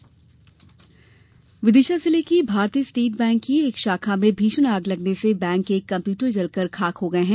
विदिशा आग विदिशा जिले की भारतीय स्टेट बैंक की एक शाखा में भीषण आग लगने से बैंक के कम्प्यूटर जलकर खाक हो गये हैं